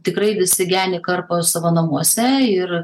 tikrai visi geni karpo savo namuose ir